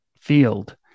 field